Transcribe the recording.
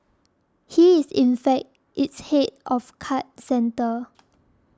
he is in fact its head of card centre